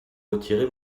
retirez